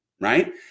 right